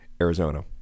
Arizona